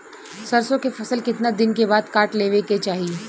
सरसो के फसल कितना दिन के बाद काट लेवे के चाही?